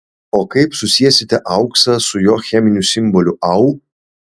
o kaip susiesite auksą su jo cheminiu simboliu au